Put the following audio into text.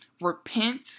repent